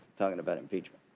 talking about impeachment.